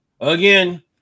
again